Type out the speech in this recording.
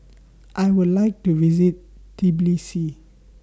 I Would like to visit Tbilisi